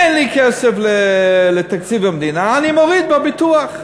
אין לי כסף לתקציב המדינה, אני מוריד בביטוח.